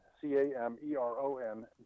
C-A-M-E-R-O-N